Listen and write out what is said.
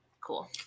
cool